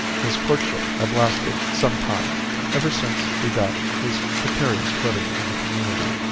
his courtship had lasted some time ever since he got his precarious footing in the community.